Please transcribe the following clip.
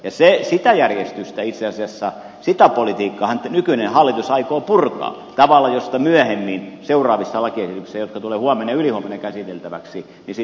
sitä järjestystä itse asiassa sitä politiikkaahan nykyinen hallitus aikoo purkaa tavalla josta myöhemmin seuraavissa lakiesityksissä jotka tulevat huomenna ja ylihuomenna käsiteltäväksi sitten huomattavasti enemmän